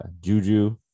Juju